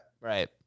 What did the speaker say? Right